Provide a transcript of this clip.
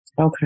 Okay